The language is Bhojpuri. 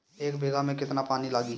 एक बिगहा में केतना पानी लागी?